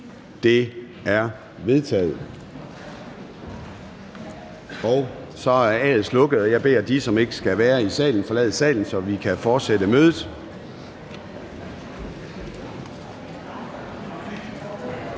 Det er vedtaget. Så er A'et på tavlen slukket , og jeg beder dem, der ikke skal være i salen, om at forlade salen, så vi kan fortsætte mødet.